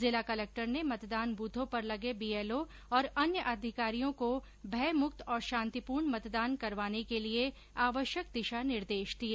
जिला कलेक्टर ने मतदान बूथों पर लगे बीएलओ और अन्य अधिकारियों को भयमुक्त और शांतिपूर्ण मतदान करवाने के लिए आवश्यक दिशा निर्देश दिए